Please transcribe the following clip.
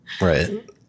Right